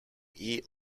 eat